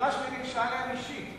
המזכירה שלי ניגשה אליהם אישית.